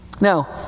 Now